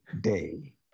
day